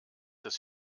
des